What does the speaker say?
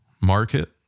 market